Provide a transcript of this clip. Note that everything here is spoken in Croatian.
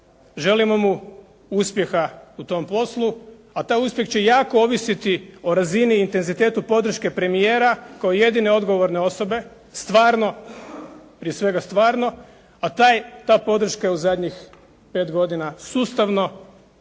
želimo mu uspjeha u tom poslu, a taj uspjeh će jako ovisiti o razini i intenzitetu podrške premijera kao jedine odgovorne osobe, stvarno, prije svega stvarno a ta je podrška u zadnjih pet godina sustavno,